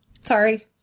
Sorry